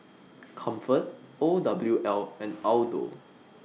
Comfort O W L and Aldo